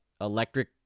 electric